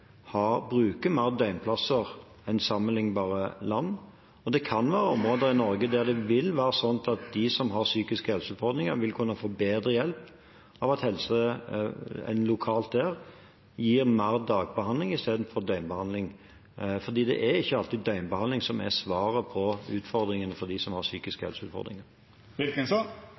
bruker mer døgnplasser enn i sammenliknbare land, og det kan være områder i Norge der det vil være slik at de som har psykiske helseutfordringer, vil kunne få bedre hjelp ved at man lokalt gir mer dagbehandling i stedet for døgnbehandling. Det er ikke alltid døgnbehandling er svaret på utfordringene for dem med psykiske